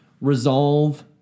resolve